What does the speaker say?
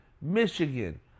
Michigan